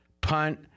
Punt